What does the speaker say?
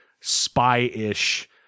spy-ish